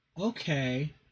Okay